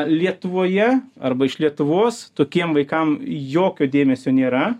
lietuvoje arba iš lietuvos tokiem vaikam jokio dėmesio nėra